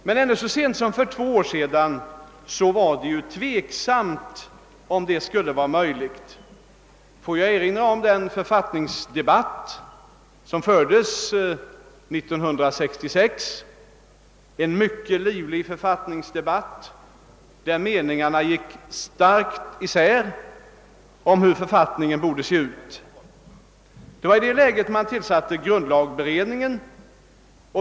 Men ännu så sent som för två år sedan var det tveksamt om det skulle vara möjligt att nå enighet. Låt mig erinra om den författningsdebatt som fördes 1966, en mycket livlig författningsdebatt, där meningar na om hur författningen borde se ut gick starkt isär. Det var i det läget man tillsatte grundlagberedningen.